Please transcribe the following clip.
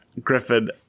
Griffin